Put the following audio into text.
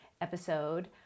episode